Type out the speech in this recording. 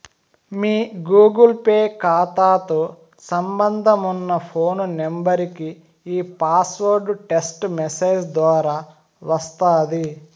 మీ Google Pay కాతాతో సంబంధమున్న phone నెంబరికి ఈ పాస్వార్డు టెస్టు మెసేజ్ దోరా వస్తాది